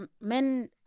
men